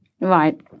Right